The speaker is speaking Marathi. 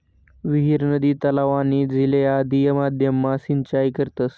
विहीर, नदी, तलाव, आणि झीले आदि माध्यम मा सिंचाई करतस